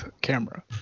camera